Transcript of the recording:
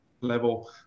level